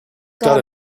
got